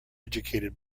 educated